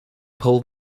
pull